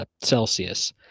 Celsius